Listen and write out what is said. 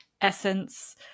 essence